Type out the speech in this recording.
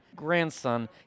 Grandson